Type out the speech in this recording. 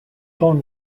tom